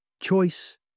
Choice